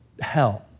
hell